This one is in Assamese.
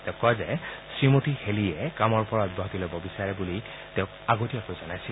তেওঁ কয় যে শ্ৰীমতী হেলিয়ে কামৰ পৰা অব্যাহতি ল'ব বিচাৰে বুলি তেওঁক আগতীয়াকৈ জনাইছিল